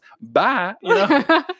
Bye